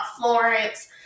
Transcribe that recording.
Florence